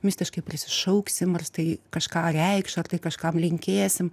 mistiškai prisišauksim ar stai kažką reikš ar tai kažkam linkėsim